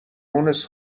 مونس